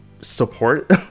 support